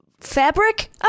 Fabric